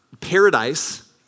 paradise